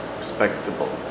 respectable